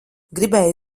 gribēju